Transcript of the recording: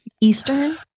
eastern